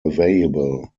available